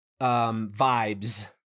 vibes